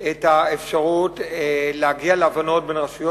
את האפשרות להגיע להבנות בין רשויות